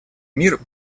мир